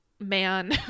Man